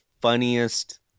funniest